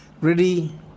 ready